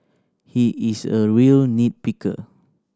he is a real nit picker